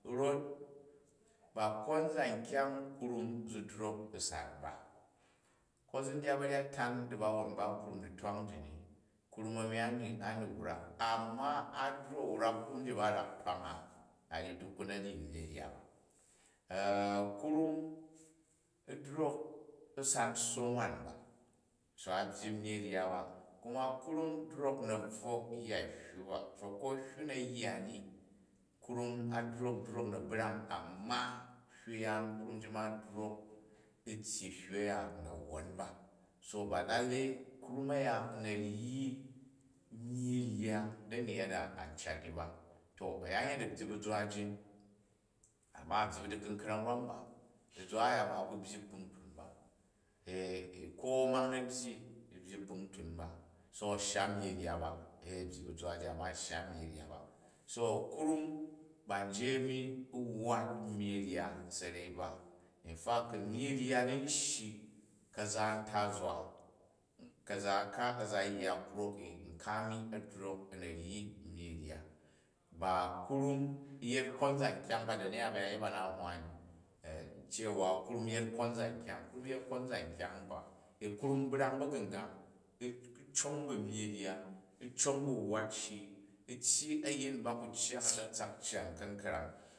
Rot ba kom zan kyang krum zi drok u̱ san ba. Ko zi n digat baryat tan dabawon ba krun ditwang ti ni. Krum a̱mi a ni wrak, amma a drok u wrak krum ji ba rak twanga a ryi dukku na̱ ryi nyyi rya ba. Krum, u drok u san sso nwan ba, so a byyi myyi rya ba, kuma krum drok u na̱ bvwo yya hywu ba, to ko hywu na̱ yya ni, krum a drok drok u na̱ brang amma hywu yaran krum ji drok u̱ tyyi hywu yaan u na̱ wwon ba. So ba lallei krum aya u̱ na ryi nyyi rya dani yada an cat ni ba. To a̱yanyet a̱ byyi bu zwa ji amma byyi bu dikunkra̱ng rwanu ba, zwa a̱ya ma ku byyi klpuntun ba ee, ko a̱mang na̱ byyi u̱ byyi kpuntun ba, so a shya niyyi rya ba ee, a̱ byyi bu zwa ji, amma a shya myyi rga ba. So krum ba nji aini wwat nyiyi rya sarei ba. In fact, ku myyi rya ni n shyi, ka̱za tazwa ka̱za ka a̱ za yiya a̱ krok ni nka a̱ni a̱ ni drok a̱ na̱ ryi myyi rya. Ba krum yet konzan kyang ba, da̱nmi ya ji bayanyet bana n hywa ni cewa krum yet konzan kyang, krum yet konmzan kyang ba. Krum brang ba̱gu̱ngang, u cong bu myyi rya, u̱ cong bu wwal shi, u̱ tyyi ayin bna ku iyyi a̱ssi a̱tsatsak cyang u̱ ka̱nkrang.